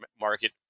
market